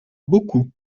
beaucoup